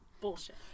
bullshit